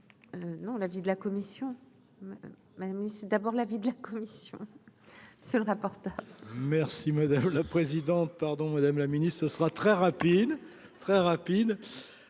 non, l'avis de la commission mamie, c'est d'abord l'avis de la commission sur le reportage. Merci madame la présidente, pardon, Madame la Ministre, ce sera très rapide,